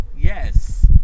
Yes